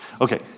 Okay